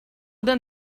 den